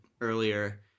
earlier